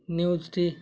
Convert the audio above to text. ନ୍ୟୁଜ୍ଟି